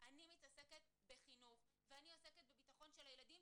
אני מתעסקת בחינוך ואני עוסקת בביטחון של הילדים,